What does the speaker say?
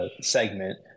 segment